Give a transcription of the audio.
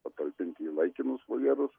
patalpinti į laikinus voljerus